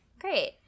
Great